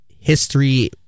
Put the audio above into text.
history